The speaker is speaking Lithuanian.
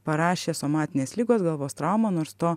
parašė somatinės ligos galvos traumą nors to